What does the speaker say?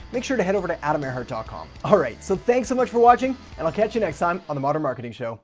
make sure to head over to adamerhart ah com. alright, so thanks so much for watching. and i'll catch you next time on the modern marketing show.